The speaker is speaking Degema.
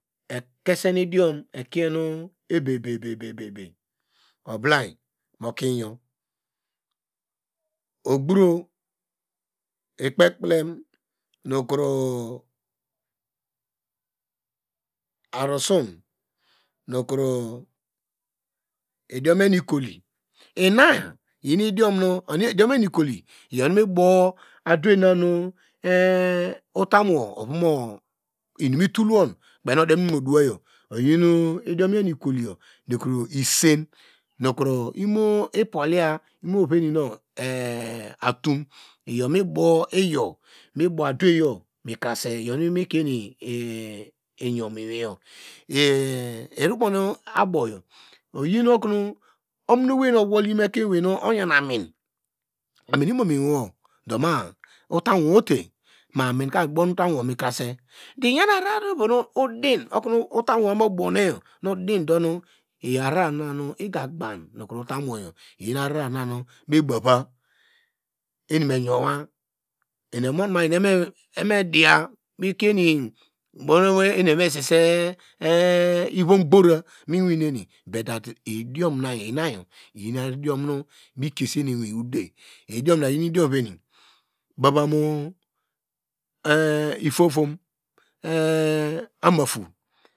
Ekese nu idiom ekienu ebe ebe ebe, oblayi, mukiye iyo, ogboro, ikpekpilem nuko aruson, nukro idom enikoli ubow nu utany wo inum itul won kpenu ova mudowayo iyinu idiom enuikoliyo nuisen nukro imo ipoliye atum iyor inumi bow udoyo mikrase iyonu nukkieni oyi, irobono aboyo iyenu kono omimowe no owol yimu ekein ewai oyan amin amin imo mo iwei wo domu utamu wowo ote amin ka ibon utany wo mikrase do iya arara ivonu odi okonu utam wowo abow muboyeyo. Odidonu iyior arara na nu igban nu utany woyo me bava meyowa eni emon mamu abowkomi diya obownu eni evame sise iwigboru miwine ni ina iyinu idiom mikiese eni ewi ude, ina iyen idiom vene bavam iphophom amaphu.